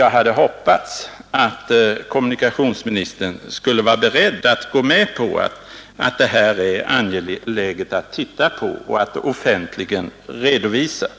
jag hade hoppats att kommunikationsministern skulle vara beredd att gå med på att det är angeläget att se över dem och offentligen redovisa resultatet.